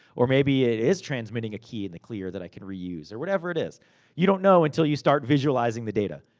or maybe, it is transmitting a key in the clear that i can reuse. or whatever it you don't know until you start visualizing the data.